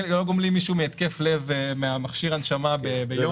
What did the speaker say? מישהו שעבר התקף לב ממכשיר ההנשמה ביום,